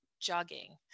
jogging